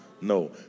No